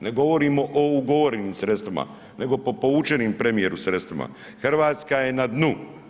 Ne govorimo o ugovorenim sredstvima nego po povučenim premijeru sredstvima, Hrvatska je na dnu.